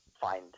find